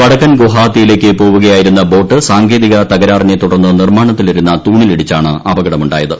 വടക്കൻ ഗുവാഹത്തിയിലേയ്ക്ക് പോകുകയായിരുന്ന ബോട്ട് സാങ്കേതിക തകരാറിനെ തുടർന്ന് നിർമാണത്തിലിരുന്ന തൂണിലിടിച്ചാണ് അപകടം ഉണ്ടായത്